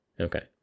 Okay